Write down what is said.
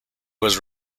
was